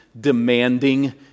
demanding